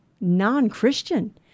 non-Christian